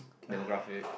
demographic